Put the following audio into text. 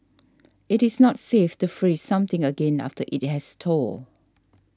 it is not safe to freeze something again after it has thawed